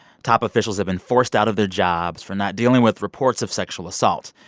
top officials have been forced out of their jobs for not dealing with reports of sexual assault.